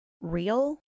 real